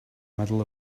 middle